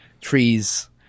trees